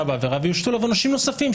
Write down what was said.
בעבירה ויושתו עליו עונשים נוספים.